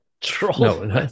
troll